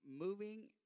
moving